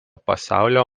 pasaulio